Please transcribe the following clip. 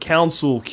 Council